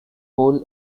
full